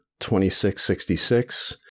2666